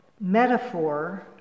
metaphor